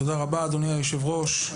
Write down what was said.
תודה אדוני היושב ראש,